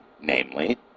namely